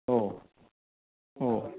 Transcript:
औ औ